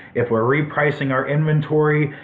if we're repricing our inventory,